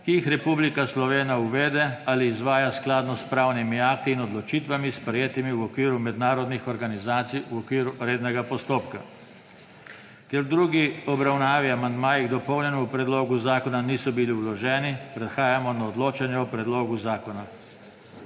ki jih Republika Slovenija uvede ali izvaja skladno s pravnimi akti in odločitvami, sprejetimi v okviru mednarodnih organizacijv okviru rednega postopka. Ker v drugi obravnavi amandmaji k dopolnjenemu predlogu zakona niso bili vloženi, prehajamo na odločanje o predlogu zakona.